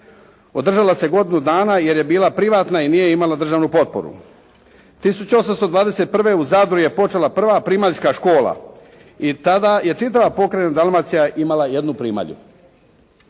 Održala se godinu dana jer je bila privatna i nije imala državnu potporu. 1821. u Zadru je počela prva primaljska škola i tada je čitava pokrajina Dalmacija imala jednu primalju.